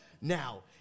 Now